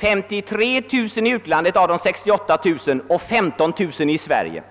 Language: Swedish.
53 000 i utlandet och 15 000 i Sverige.